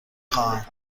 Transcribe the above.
خواهم